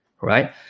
right